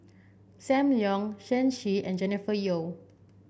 Sam Leong Shen Xi and Jennifer Yeo